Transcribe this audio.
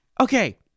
okay